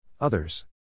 Others